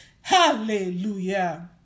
hallelujah